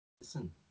Listen